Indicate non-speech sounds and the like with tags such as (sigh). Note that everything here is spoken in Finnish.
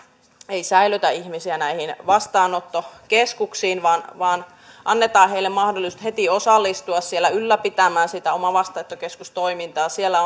ei säilötä ihmisiä näihin vastaanottokeskuksiin vaan vaan annetaan heille mahdollisuus heti osallistua siellä ylläpitämään sitä omaa vastaanottokeskustoimintaa siellä (unintelligible)